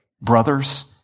brothers